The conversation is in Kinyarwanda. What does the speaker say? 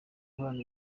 uhorana